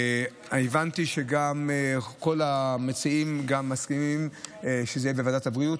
והבנתי שכל המציעים גם מסכימים שזה יהיה בוועדת הבריאות.